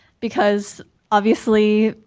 because obviously,